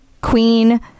Queen